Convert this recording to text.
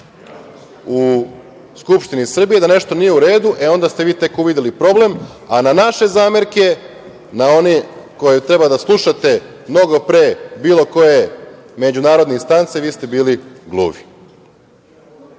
u Skupštini Srbije, da nešto nije u redu, onda ste vi tek uvideli problem, a na naše zamerke, na one koje treba da slušate mnogo pre bilo koje međunarodne instance, vi ste bili gluvi. Sada